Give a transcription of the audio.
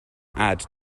add